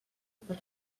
per